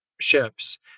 ships